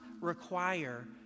require